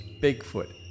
Bigfoot